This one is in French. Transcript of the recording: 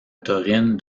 taurine